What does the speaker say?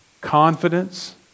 Confidence